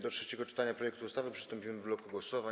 Do trzeciego czytania projektu ustawy przystąpimy w bloku głosowań.